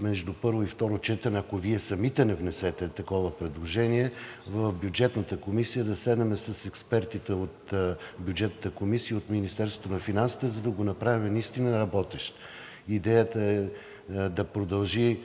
между първо и второ четене, ако Вие самите не внесете такова предложение, в Бюджетната комисия да седнем с експертите от Бюджетната комисия и от Министерството на финансите, за да го направим наистина работещ. Идеята е да продължи